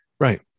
right